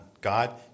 God